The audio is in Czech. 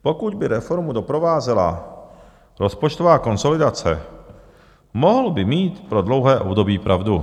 Pokud by reformu doprovázela rozpočtová konsolidace, mohl by mít pro dlouhé období pravdu.